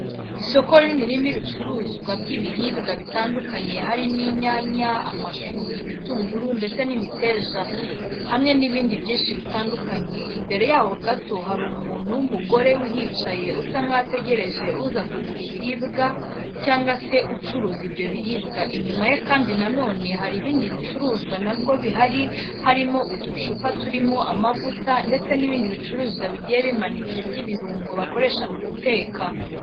Isoko rininirimo ibicuruzwa by'ibiribwa bitandukanye harimo inyanya, amashu, ibitunguru ndetse n'imiteja, hamwe n'ibindi byinshi bitandukanye, imbere yaho gato hari umuntu w'umugore uhicaye usa nkaho ategereje uza kugura ibiribwa cyangwa se ucuruza ibyo biribwa, inyuma ye kandi nanone hari ibindi bicuruzwa nabwo bihari harimo uducupa turimo amavuta ndetse n'ibindi bicuruzwa bigiye bimanitse by'ibirungo bakoresha mu guteka.